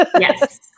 yes